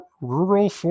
rural